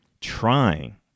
trying